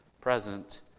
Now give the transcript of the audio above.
present